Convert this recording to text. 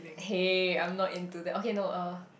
!hey! I'm not into that okay no uh